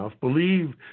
believe